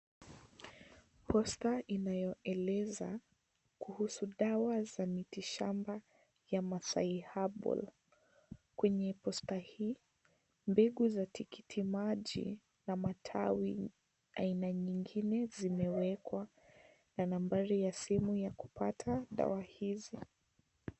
Posta inayoeleza, kuhusu dawa za miti shamba ,ya Masai herbal , kwenye posta hii, mbegu za tikiti maji na matawi aina nyingine, zimewekwa ,na nambari ya simu ya kupata dawa hizi.